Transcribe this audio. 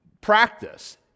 practice